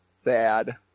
Sad